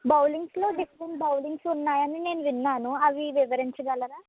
బౌలింగ్స్లో different bowlings ఉన్నాయని నేను విన్నాను అవి వివరించగలరా